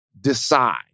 decide